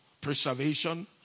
preservation